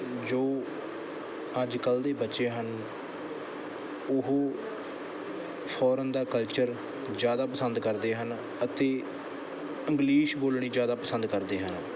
ਜੋ ਅੱਜ ਕੱਲ੍ਹ ਦੇ ਬੱਚੇ ਹਨ ਉਹ ਫੋਰਨ ਦਾ ਕਲਚਰ ਜ਼ਿਆਦਾ ਪਸੰਦ ਕਰਦੇ ਹਨ ਅਤੇ ਇੰਗਲਿਸ਼ ਬੋਲਣੀ ਜ਼ਿਆਦਾ ਪਸੰਦ ਕਰਦੇ ਹਨ